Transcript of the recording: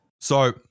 So-